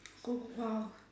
Ku~ !wow!